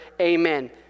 amen